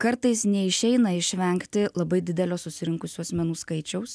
kartais neišeina išvengti labai didelio susirinkusių asmenų skaičiaus